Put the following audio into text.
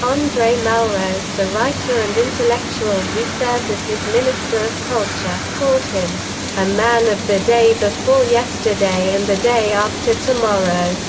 andre malraux, the writer and intellectual who served as his minister of culture, called him a man of the day before yesterday and the day after tomorrow.